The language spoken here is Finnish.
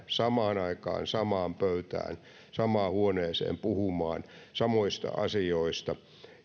samaan aikaan samaan pöytään samaan huoneeseen puhumaan samoista asioista